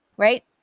right